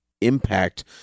impact